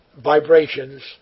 vibrations